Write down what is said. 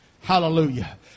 Hallelujah